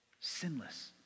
sinless